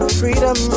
freedom